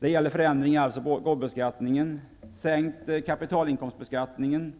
Det gäller förändringen i arvs och gåvobeskattningen och sänkningen av kapitalinkomstbeskattningen. Det gäller